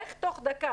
איך תוך דקה?